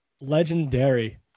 Legendary